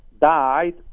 died